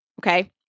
Okay